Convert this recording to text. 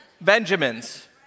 Benjamins